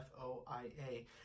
FOIA